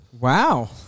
Wow